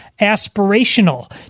aspirational